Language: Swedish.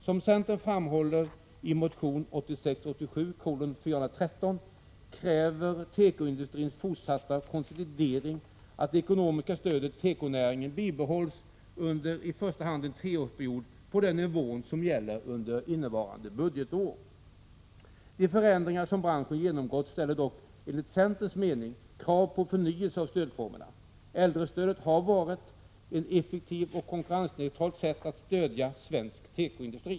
Som centern framhåller i motion 1986/87:413 kräver tekoindustrins fortsatta konsolidering att det ekonomiska stödet till tekonäringen under i första hand en treårsperiod bibehålls på den nivå som gäller för innevarande budgetår. De förändringar som branschen genomgått ställer dock enligt centerns mening krav på förnyelse av stödformerna. Äldrestödet har varit ett effektivt och konkurrensneutralt sätt att stödja svensk tekoindustri.